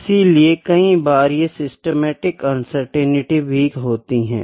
इसलिए कई बार ये सिस्टेमेटिक अनसर्टेनिटी भी होती है